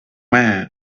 man